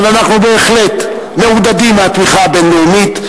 אבל אנחנו בהחלט מעודדים מהתמיכה הבין-לאומית,